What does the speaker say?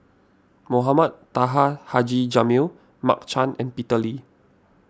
Mohamed Taha Haji Jamil Mark Chan and Peter Lee